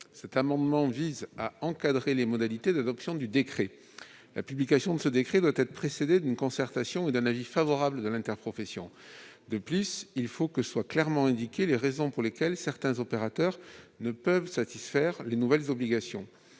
Cet amendement vise à encadrer les modalités d'adoption du décret. La publication de ce décret doit être précédée d'une concertation et d'un avis favorable de l'interprofession. De plus, il faut que soient clairement indiquées les raisons pour lesquelles certains opérateurs ne peuvent satisfaire les nouvelles obligations.